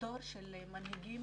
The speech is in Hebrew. דור של מנהיגים